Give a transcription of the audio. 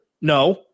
No